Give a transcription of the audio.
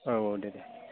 औ औ दे दे